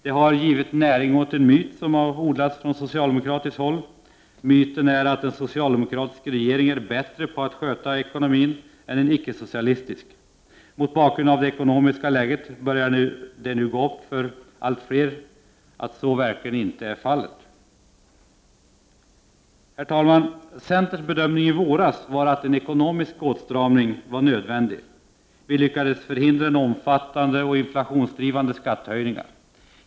Detta har givit näring åt en myt som har odlats från socialdemokratiskt håll. Myten är att en socialdemokratisk regering är bättre på att sköta ekonomin än en icke-socialistisk. Mot bakgrund av det ekonomiska läget börjar det nu gå upp för allt fler att så verkligen inte är fallet. Herr talman! Centerns bedömning i våras var att en ekonomisk åtstramning var nödvändig. Vi lyckades förhindra omfattande och inflationsdrivande skattehöjningar.